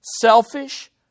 selfish